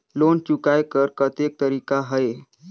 Loan चुकाय कर कतेक तरीका है?